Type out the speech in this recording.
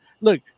Look